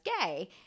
gay